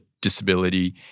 disability